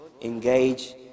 engage